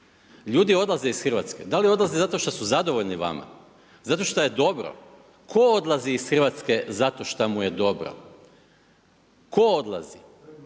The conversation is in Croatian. Ljudi odlaze iz Hrvatske, da li odlaze zato što su zadovoljni vama, zato što je dobro? Ko odlazi iz Hrvatske zato šta mu je dobro? Ko odlazi?